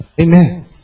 Amen